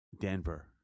Denver